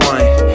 one